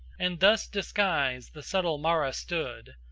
and thus disguised the subtle mara stood,